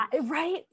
right